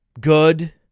good